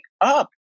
up